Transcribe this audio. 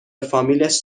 فامیلش